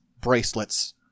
bracelets